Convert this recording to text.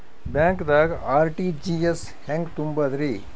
ಬ್ಯಾಂಕ್ದಾಗ ಆರ್.ಟಿ.ಜಿ.ಎಸ್ ಹೆಂಗ್ ತುಂಬಧ್ರಿ?